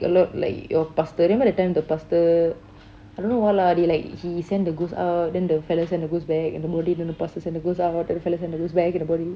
like like a lot like your pastor remember that time the pastor I don't know what lah they like he send the ghost out then the fellow send the ghost back and body go pastor send ghost out and fellow send the ghost back in the body